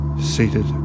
seated